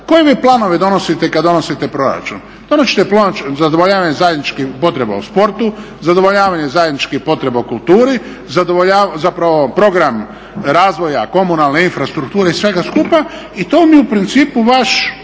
Koje vi planove donosite kada donosite proračun? Donosite plan zadovoljavanja zajedničkih potreba u sportu, zadovoljavanje zajedničkih potreba u kulturu, program razvoja komunalne infrastrukture i svega skupa i to vam je u principu vaš